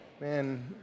Man